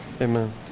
amen